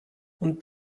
und